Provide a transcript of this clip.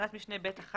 בתקנת משנה (ב)(1ׂ),